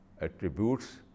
attributes